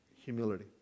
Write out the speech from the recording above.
humility